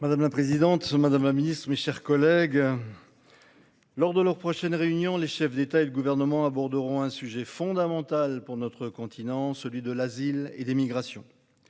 Madame la présidente, madame la secrétaire d'État, mes chers collègues, lors de leur prochaine réunion, les chefs d'État et de gouvernement aborderont un sujet fondamental pour notre continent : l'asile et les migrations.